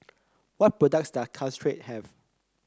what products does Caltrate have